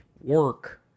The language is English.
work